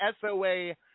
SOA